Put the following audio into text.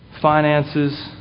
finances